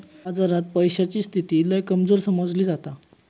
बाजारात पैशाची स्थिती लय कमजोर समजली जाता